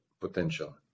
potential